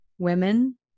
women